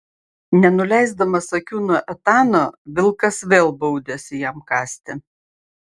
nenuleisdamas akių nuo etano vilkas vėl baudėsi jam kąsti